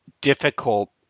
difficult